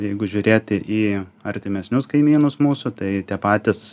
jeigu žiūrėti į artimesnius kaimynus mūsų tai tie patys